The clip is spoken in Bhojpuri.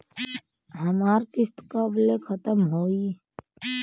हमार किस्त कब ले खतम होई?